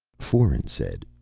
foeren said,